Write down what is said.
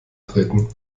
treten